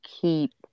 keep